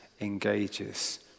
engages